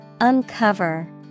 Uncover